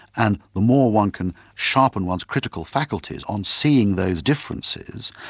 and the more one can sharpen one's critical faculties on seeing those differences,